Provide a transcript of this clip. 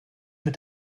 mit